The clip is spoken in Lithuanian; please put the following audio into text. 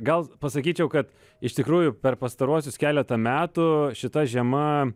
gal pasakyčiau kad iš tikrųjų per pastaruosius keletą metų šita žiema